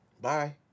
bye